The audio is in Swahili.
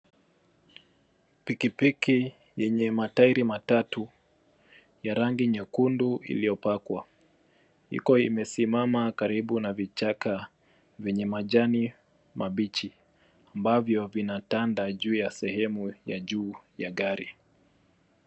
Pikipiki yenye matairi matatu ya rangi nyekundu iliyopakwa. Iko imesimama karibu na vichaka vyenye majani mabichi, ambavyo vinatanda juu ya sehemu ya juu ya gari.